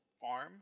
farm